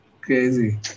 Crazy